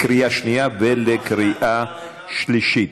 בקריאה שנייה ובקריאה שלישית.